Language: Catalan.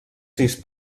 sis